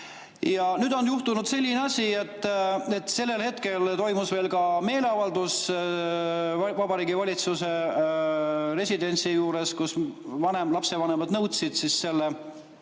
Nüüd on juhtunud selline asi, et sellel hetkel toimus veel ka meeleavaldus Vabariigi Valitsuse residentsi juures, kus lapsevanemad nõudsid selle